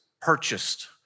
purchased